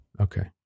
Okay